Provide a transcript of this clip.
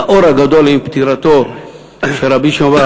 לאור הגדול שהיה עם פטירתו של רבי שמעון,